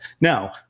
Now